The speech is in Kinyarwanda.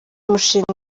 mushinga